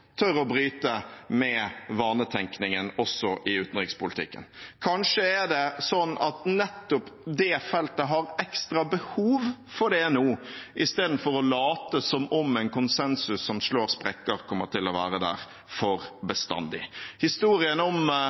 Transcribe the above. å bryte med vanetenkningen, også i utenrikspolitikken. Kanskje er det slik at nettopp det feltet har ekstra behov for det nå, i stedet for at man later som om en konsensus som slår sprekker, kommer til å være der for bestandig. Historien om